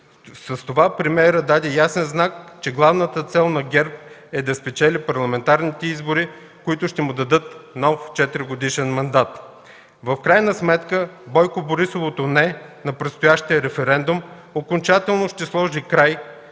С това премиерът даде ясен знак, че главната цел на ГЕРБ е да спечели парламентарните избори, които ще му дадат нов 4-годишен мандат. В крайна сметка Бойкоборисовото „не” на предстоящия референдум окончателно ще сложи край